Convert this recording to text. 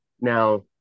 now